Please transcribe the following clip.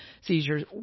seizures